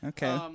Okay